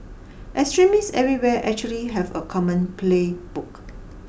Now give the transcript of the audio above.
extremists everywhere actually have a common playbook